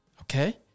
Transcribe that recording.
Okay